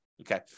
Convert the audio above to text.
Okay